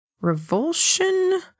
Revulsion